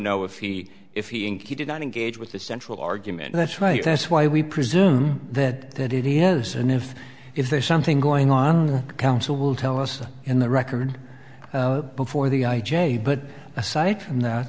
know if he if he did not engage with the central argument that's right that's why we presume that that it is and if if there's something going on the council will tell us in the record before the i j a but aside from that